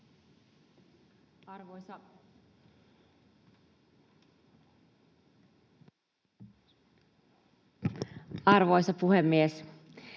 arvoisa puhemies,